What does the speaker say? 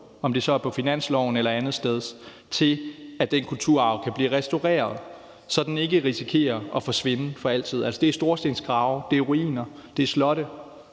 om det så er på finansloven eller andetsteds, til, at den kulturarv, der i øjeblikket står og forfalder, kan blive restaureret, så den ikke risikerer at forsvinde for altid. Det er storstensgrave, det er ruiner, det er slotte,